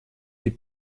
die